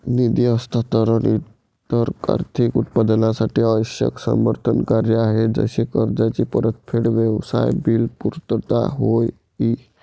निधी हस्तांतरण इतर आर्थिक उत्पादनांसाठी आवश्यक समर्थन कार्य आहे जसे कर्जाची परतफेड, व्यवसाय बिल पुर्तता होय ई